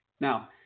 Now